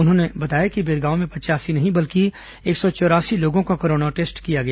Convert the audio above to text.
उन्होंने बताया कि बिरगांव में पचयासी नहीं बल्कि एक सौ चौरासी लोगों का कोरोना टेस्ट किया गया